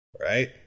Right